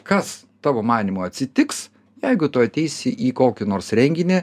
kas tavo manymu atsitiks jeigu tu ateisi į kokį nors renginį